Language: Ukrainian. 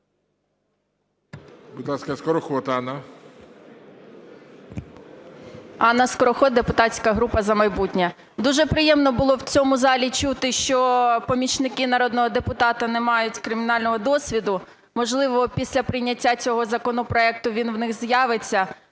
Дуже приємно було в цьому залі чути, що помічники народного депутата не мають кримінального досвіду. Можливо, після прийняття цього законопроекту він в них з'явиться.